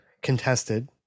contested